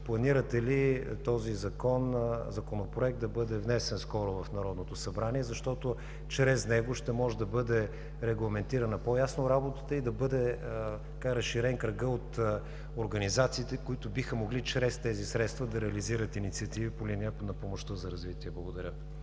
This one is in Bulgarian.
Планирате ли този Законопроект да бъде внесен скоро в Народното събрание? Чрез него ще може да бъде регламентирана по-ясно работата и да бъде разширен кръгът от организациите, които биха могли чрез тези средства да реализират инициативи по линията на помощта за развитие? Благодаря.